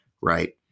right